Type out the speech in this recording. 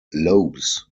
lobes